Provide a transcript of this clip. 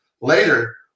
later